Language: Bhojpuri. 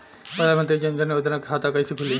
प्रधान मंत्री जनधन योजना के खाता कैसे खुली?